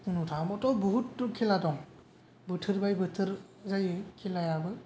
बुंनो थाङोबाथ' बुहुथ खेला दं बोथोर बाय बोथोर जायो खेलायाबो